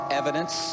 evidence